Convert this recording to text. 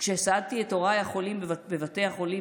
כשסעדתי את הוריי החולים בבתי החולים